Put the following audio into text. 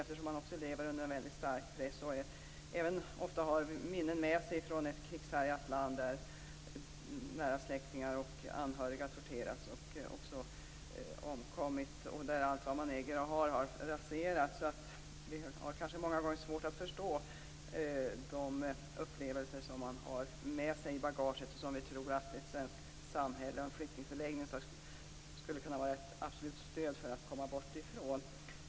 De lever under en väldigt stark press, och de har ofta minnen med sig från ett krigshärjat land, där nära släktingar och anhöriga har torterats eller omkommit, där allt vad de äger och har är raserat. Vi har kanske många gånger svårt att förstå de upplevelser som de har med sig i bagaget, och vi tror att ett svenskt samhälle och en flyktingförläggning skulle kunna vara ett absolut stöd för att komma bort från dem.